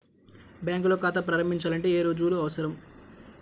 బ్యాంకులో ఖాతా ప్రారంభించాలంటే ఏ రుజువులు అవసరం?